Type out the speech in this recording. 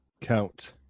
Count